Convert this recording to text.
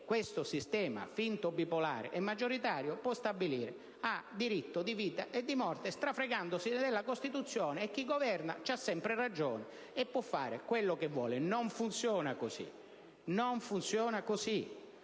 questo sistema finto bipolare e maggioritario ha diritto di vita e di morte, strafregandosi della Costituzione, e che chi governa ha sempre ragione e può fare quel che vuole. Non funziona così.